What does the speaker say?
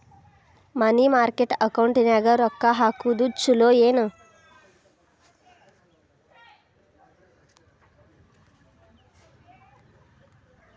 ಮನಿ market ಅಕೌಂಟಿನ್ಯಾಗ ರೊಕ್ಕ ಹಾಕುದು ಚುಲೊ ಏನು